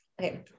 okay